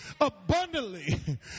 abundantly